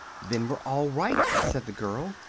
then we're all right, said the girl,